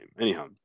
Anyhow